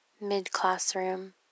mid-classroom